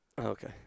Okay